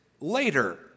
later